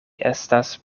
estas